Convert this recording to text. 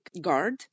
guard